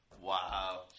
Wow